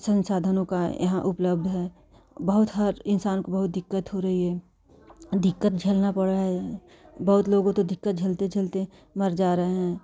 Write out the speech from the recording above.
संसाधनों का यहाँ उपलब्ध है बहुत हर इंसान को बहुत दिक्कत हो रही है दिक्कत झेलना पड़ रहा है बहुत लोगों तो दिक्कत झेलते झेलते मर जा रहे हैं